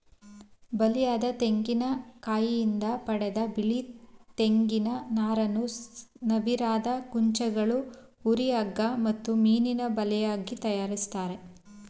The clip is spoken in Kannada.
ಬಲಿಯದ ತೆಂಗಿನಕಾಯಿಂದ ಪಡೆದ ಬಿಳಿ ತೆಂಗಿನ ನಾರನ್ನು ನವಿರಾದ ಕುಂಚಗಳು ಹುರಿ ಹಗ್ಗ ಮತ್ತು ಮೀನಿನಬಲೆ ತಯಾರಿಸ್ತರೆ